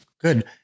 good